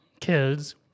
kids